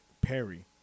Perry